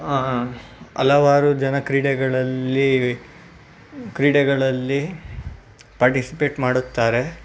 ಹಲವಾರು ಜನ ಕ್ರೀಡೆಗಳಲ್ಲಿ ಕ್ರೀಡೆಗಳಲ್ಲಿ ಪಾರ್ಟಿಸಿಪೇಟ್ ಮಾಡುತ್ತಾರೆ